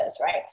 right